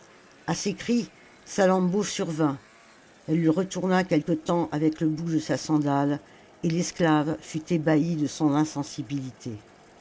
a ses cris salammbô survint elle le retourna quelque temps avec le bout de sa sandale et l'esclave fut ébahie de son insensibilité